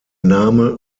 name